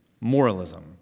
moralism